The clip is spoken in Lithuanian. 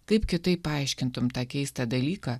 kaip kitaip paaiškintumei tą keistą dalyką